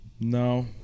No